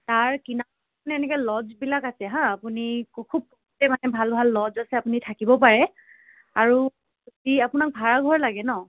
তাৰ কিনাৰতে এনেকৈ লজবিলাক আছে হা আপুনি খুব তেই মানে ভাল ভাল লজ আছে আপুনি থাকিব পাৰে আৰু যদি আপোনাক ভাড়াঘৰ লাগে নহ্